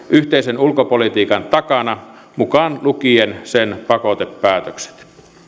yhteisen ulkopolitiikan takana mukaan lukien sen pakotepäätökset